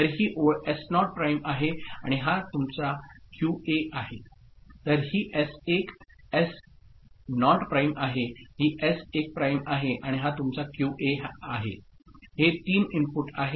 तर ही ओळ एस नॉट प्राइम आहे आणि हा तुमचा क्यूए आहे तर ही एस 1 एस नॉट प्राइम आहे ही एस 1 प्राइम आहे आणि हा तुमचा क्यूए आहे हे 3 इनपुट आहे